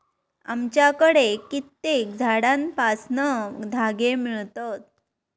आमच्याकडे कित्येक झाडांपासना धागे मिळतत